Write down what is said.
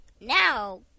now